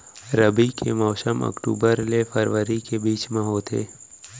रबी के मौसम अक्टूबर ले फरवरी के बीच मा होथे